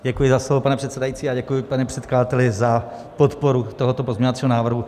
Děkuji za slovo, pane předsedající, a děkuji, pane předkladateli, za podporu tohoto pozměňovacího návrhu.